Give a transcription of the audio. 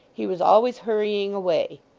he was always hurrying away.